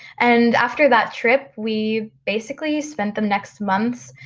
and after that trip, we basically spent the next months,